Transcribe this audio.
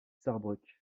sarrebruck